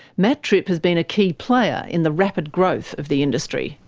matt tripp has been a key player in the rapid growth of the industry.